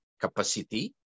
capacity